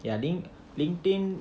ya link~ LinkedIn